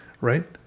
Right